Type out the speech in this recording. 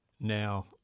now